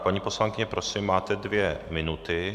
Paní poslankyně, prosím máte dvě minuty.